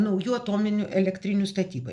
naujų atominių elektrinių statybai